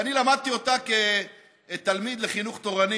ואני למדתי אותה כתלמיד בחינוך תורני